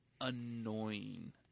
annoying